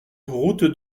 route